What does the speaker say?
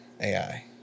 ai